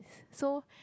so